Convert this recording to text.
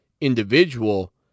individual